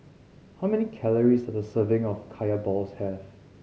how many calories does a serving of Kaya balls have